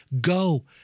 Go